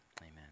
amen